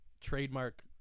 trademark